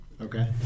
Okay